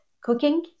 cooking